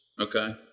okay